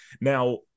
Now